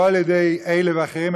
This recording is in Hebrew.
לא על ידי אלה ואחרים,